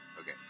Okay